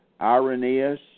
Irenaeus